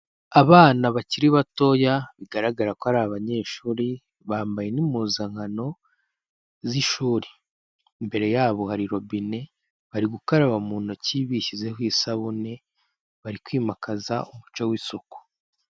Abana bakiri batoya, bigaragara ko ari abanyeshuri bambaye n'impuzankano z'ishuri. Imbere yabo harirobine bari gukaraba mu ntoki bishyizeho isabune bari kwimakaza umuco w'isuku.